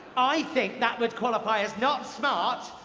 i think that would qualify as not smart,